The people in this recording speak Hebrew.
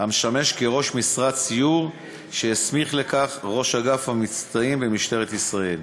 המשמש כראש משרד סיור שהסמיך לכך ראש אגף המבצעים במשטרת ישראל.